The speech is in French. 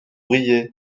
riez